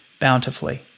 bountifully